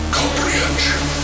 comprehension